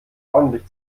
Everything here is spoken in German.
ordentlich